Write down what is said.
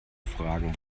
fragen